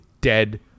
dead